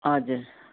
हजुर